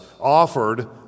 offered